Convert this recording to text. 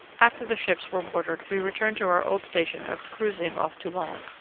after the ships were watered, we returned to our old station of cruizing off toulon,